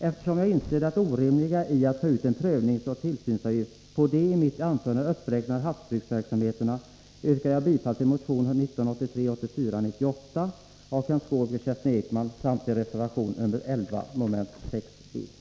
Eftersom jag inser det orimliga i att ta ut en prövningsoch tillsynsavgift på de i mitt anförande uppräknade havsbruksverksamheterna, yrkar jag bifall till motion 1983/84:98 av Kenth Skårvik och Kerstin Ekman samt till reservationen nr 11 mom. 6 B.